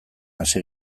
hasi